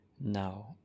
Now